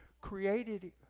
created